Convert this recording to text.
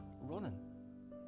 running